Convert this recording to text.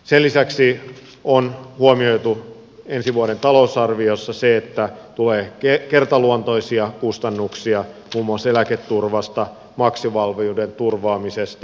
sen lisäksi on huomioitu ensi vuoden talousarviossa se että tulee kertaluontoisia kustannuksia muun muassa eläketurvasta maksuvalmiuden turvaamisesta